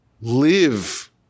live